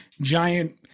giant